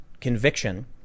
conviction